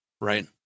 right